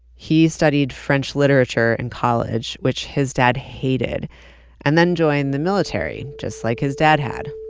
he studied french literature in college, which his dad hated and then joined the military, just like his dad had,